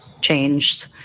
changed